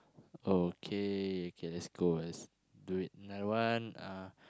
okay okay that's goal let's do it another one ah